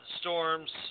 storms